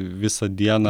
visą dieną